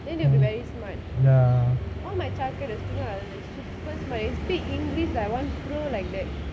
then they will be very smart all my childcare the students super smart speak english like one pro like that